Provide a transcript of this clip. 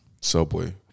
Subway